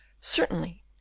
Certainly